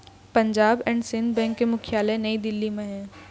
Punjab and Sind bank के मुख्यालय नई दिल्ली म हे